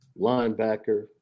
linebacker